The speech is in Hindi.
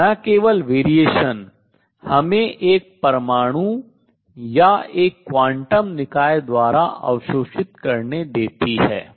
तो न केवल भिन्नता हमें एक परमाणु या एक क्वांटम निकाय सिस्टम द्वारा अवशोषित करने देती है